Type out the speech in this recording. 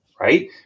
right